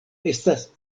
estas